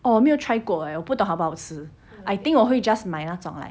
oh 我没有 try 过 leh 我不懂好不好吃 I think 我会 just 买那种 like